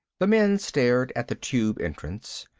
the men stared at the tube entrance.